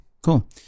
cool